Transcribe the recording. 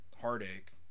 heartache